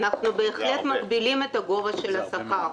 אנחנו בהחלט מגבילים את גובה השכר.